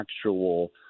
actual